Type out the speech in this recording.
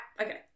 Okay